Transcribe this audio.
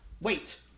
Wait